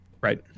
Right